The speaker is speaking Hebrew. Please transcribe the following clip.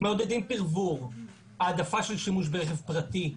מעודדים פרבור, העדפה של שימוש ברכב פרטי.